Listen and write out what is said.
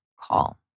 call